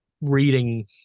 reading